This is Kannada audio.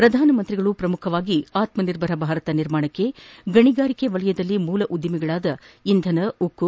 ಪ್ರಧಾನಿ ಅವರು ಪ್ರಮುಖವಾಗಿ ಆತ್ಮ ನಿರ್ಭರ ಭಾರತ ನಿರ್ಮಾಣಕ್ಕೆ ಗಣಿಗಾರಿಕೆ ವಲಯದಲ್ಲಿ ಮೂಲ ಉದ್ದಿಮೆಗಳಾದ ಇಂಧನ ಉಕ್ಕು